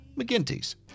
McGinty's